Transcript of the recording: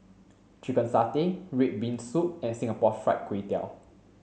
chicken satay red bean soup and singapore fried kway tiao